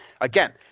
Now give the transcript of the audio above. Again